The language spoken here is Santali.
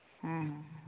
ᱦᱮᱸ ᱦᱮᱸ ᱦᱮᱸ